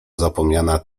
zapomniana